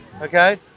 Okay